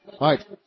right